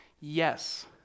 yes